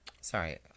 Sorry